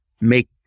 make